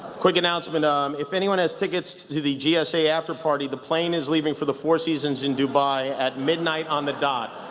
quick announcement um if anyone has tickets to the the gsa after-party. the plane is leaving for the four seasons in dubai at midnight, on the dot.